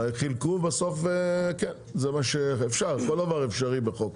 -- חילקו בסוף, כן, זה אפשר כל דבר אפשרי בחוק.